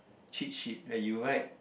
cheat sheet that you write